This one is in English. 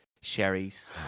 Sherry's